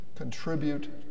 contribute